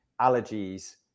allergies